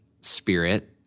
spirit